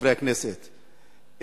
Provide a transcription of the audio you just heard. חברי הכנסת,